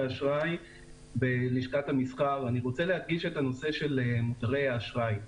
אני רוצה להדגיש את הנושא של מוצרי האשראי.